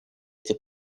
эти